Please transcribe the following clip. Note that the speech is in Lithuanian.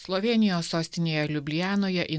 slovėnijos sostinėje liublianoje į